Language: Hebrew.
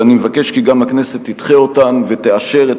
ואני מבקש כי גם הכנסת תדחה אותן ותאשר את